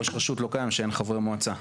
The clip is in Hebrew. ראש רשות לא קיים כשאין חברי מועצה.